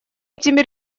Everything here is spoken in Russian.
этими